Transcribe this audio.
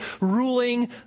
ruling